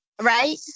Right